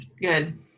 Good